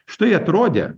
štai atrodė